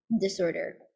disorder